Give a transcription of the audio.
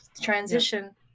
transition